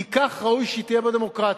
כי כך ראוי שהיא תהיה בדמוקרטיה.